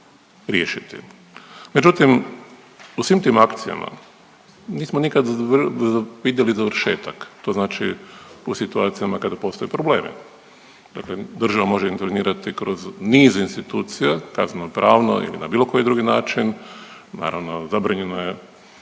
riješiti. Međutim, u svim tim akcijama nismo nikad vidjeli završetak, to znači u situacijama kada postoje problemi. Dakle država može intervenirati kroz niz institucija, kazneno pravno ili na bilo koji drugi način, naravno, zabranjeno je,